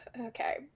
Okay